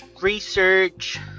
research